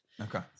Okay